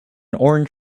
orange